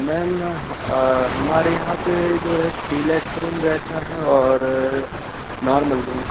ma'am ह हमारे यहाँ पर जो है डीलेक्स रूम रहता है और नॉर्मल रूम